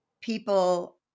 people